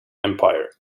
empire